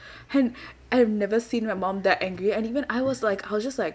and I have never seen my mom that angry and even I was like I was just like